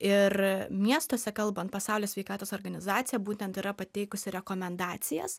ir miestuose kalbant pasaulio sveikatos organizacija būtent yra pateikusi rekomendacijas